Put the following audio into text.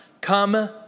come